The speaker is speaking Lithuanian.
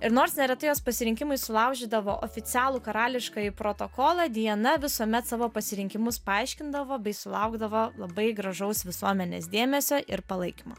ir nors neretai jos pasirinkimai sulaužydavo oficialų karališkąjį protokolą diana visuomet savo pasirinkimus paaiškindavo bei sulaukdavo labai gražaus visuomenės dėmesio ir palaikymo